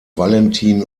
valentin